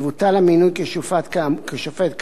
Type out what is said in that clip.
יבוטל המינוי כשופט כאמור,